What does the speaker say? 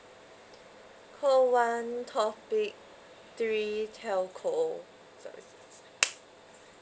call one topic three telco sorry